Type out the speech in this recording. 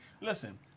listen